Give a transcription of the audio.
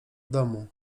domu